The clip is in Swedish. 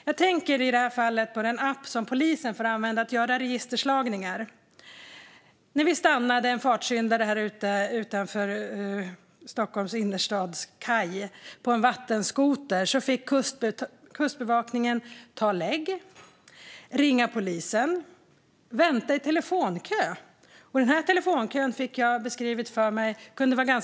Jag tänker i detta fall på den app som polisen får använda för att göra registerslagningar. När vi stoppade en fartsyndare på vattenskoter utanför Stockholms innerstads kaj fick Kustbevakningen ta leg, ringa polisen och vänta i telefonkö. Den här telefonkön kunde vara ganska lång, fick jag beskrivet för mig.